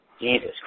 Jesus